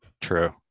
True